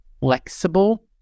flexible